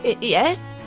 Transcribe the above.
yes